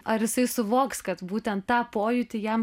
ar jisai suvoks kad būtent tą pojūtį jam